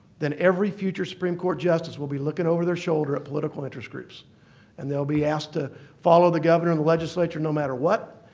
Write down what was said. then every future supreme court justice will be looking over their shoulder at political interest groups and they'll be asked to follow the governor and the legislature no matter what,